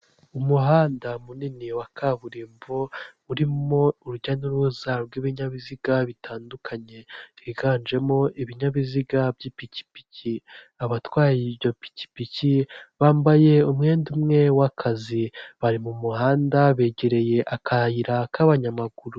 Umuhanda munini wa kaburimbo urimo urujya n'uruza rw'ibinyabiziga bitandukanye, byiganjemo ibinyabiziga by'ipikipiki, abatwaye ipikipiki bambaye umwenda umwe w'akazi, bari mu muhanda begereye akayira k'abanyamaguru.